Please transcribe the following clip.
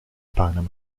panama